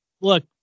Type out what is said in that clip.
look